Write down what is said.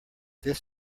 this